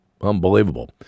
Unbelievable